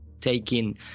taking